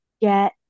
get